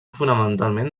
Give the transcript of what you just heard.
fonamentalment